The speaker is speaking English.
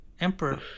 Emperor